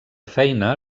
feina